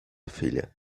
filha